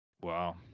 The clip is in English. Wow